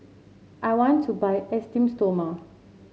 I want to buy Esteem Stoma